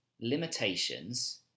limitations